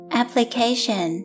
application